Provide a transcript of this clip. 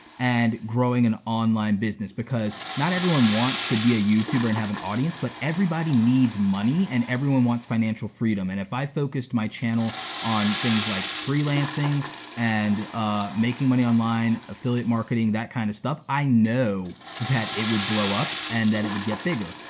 and growing an online business because not everyone wants to be a youtuber and have an audience, but everyone needs money, and everyone wants financial freedom, and if i focused my channel on things like freelancing and ah making money online, affiliate marketing, that kinda kind of stuff, i know that it would blow up and that it would get bigger.